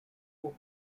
folk